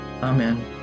amen